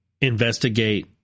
investigate